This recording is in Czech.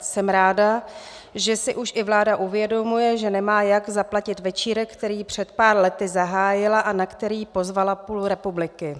Jsem ráda, že si už i vláda uvědomuje, že nemá jak zaplatit večírek, který před pár lety zahájila a na který pozvala půl republiky.